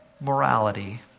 morality